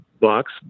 box